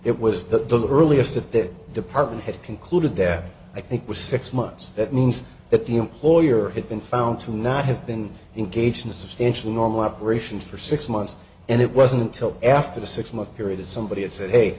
that the earliest that the department had concluded there i think was six months that means that the employer had been found to not have been engaged in a substantial normal operation for six months and it wasn't until after the six month period that somebody had said hey